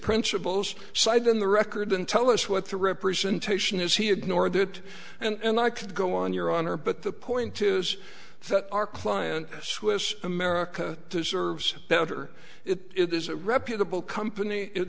principles side in the record and tell us what the representation is he ignored it and i could go on your honor but the point is that our client swiss america deserves better it is a reputable company it